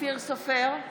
אופיר סופר,